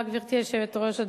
גברתי היושבת-ראש,